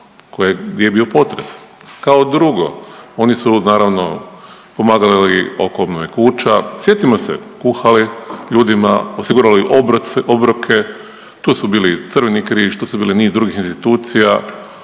di je bio potres. Kao drugo, oni su naravno pomagali oko obnove kuća, sjetimo se, kuhali ljudima, osigurali obroke, tu su bili Crveni križ, tu su bili niz drugih institucija,